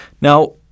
Now